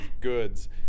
goods